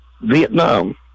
Vietnam